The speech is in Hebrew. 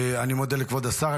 אני מודה לכבוד השר.